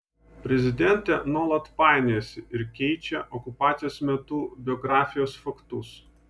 prezidentė nuolat painiojasi ir keičia okupacijos metų biografijos faktus